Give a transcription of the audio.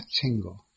tingle